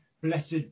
Blessed